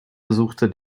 besuchte